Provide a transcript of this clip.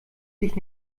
dich